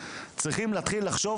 צריכים להתחיל לחשוב,